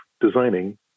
designing